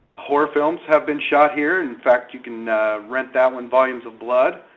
horror films have been shot here. in fact, you can rent that one, volumes of blood.